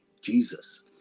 Jesus